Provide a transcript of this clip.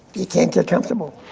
you cant' get comfortable.